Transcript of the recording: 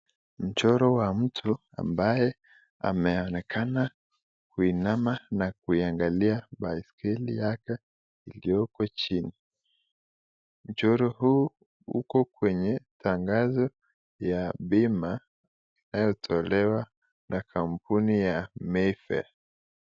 Mchoro wa mtu ambaye ameonekana kuinama na kuiangalia baiskeli yake iliyoko chini. Mchoro huu uko kwenye tangazo ya bima inayotolewa na kampuni ya Mayfair.